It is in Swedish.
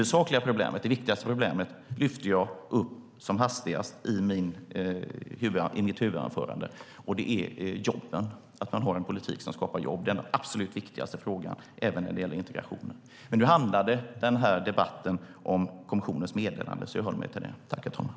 Det viktigaste problemet tog jag upp som hastigast i mitt huvudanförande, och det är jobben, alltså att man har en politik som skapar jobb. Det är den absolut viktigaste frågan även när det gäller integrationen. Nu handlar den här debatten om kommissionens meddelande, så jag håller mig till det.